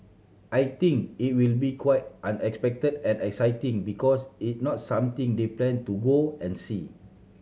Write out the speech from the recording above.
I think it will be quite unexpected and exciting because it's not something they plan to go and see